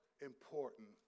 important